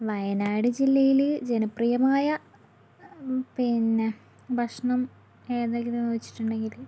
വയനാട് ജില്ലയിൽ ജനപ്രിയമായ പിന്നെ ഭക്ഷണം ഏതാണെന്ന് ചോദിച്ചിട്ടുണ്ടെങ്കിൽ